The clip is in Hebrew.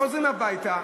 חוזרים הביתה,